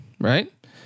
right